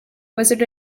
wizard